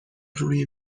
روی